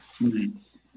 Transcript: Nice